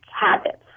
habits